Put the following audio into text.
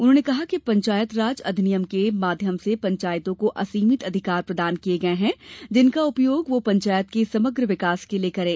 उन्होंने कहा कि पंचायत राज अधिनियम के माध्यम से पंचायतों को असीमित अधिकार प्रदान किये गये हैं जिनका उपयोग वह पंचायत के समग्र विकास के लिये करें